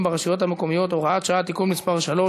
ברשויות המקומיות (הוראת שעה) (תיקון מס' 3),